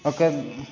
ओकर